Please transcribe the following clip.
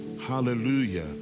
hallelujah